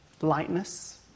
lightness